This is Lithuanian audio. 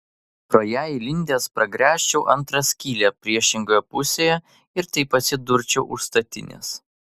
pro ją įlindęs pragręžčiau antrą skylę priešingoje pusėje ir taip atsidurčiau už statinės